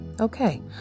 okay